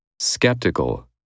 Skeptical